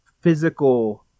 physical